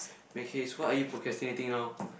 make haste what are you procrastinating now